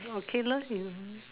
okay lah you